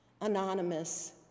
anonymous